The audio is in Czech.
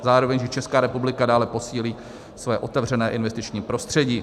Zároveň že Česká republika dále posílí své otevřené investiční prostředí.